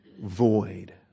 void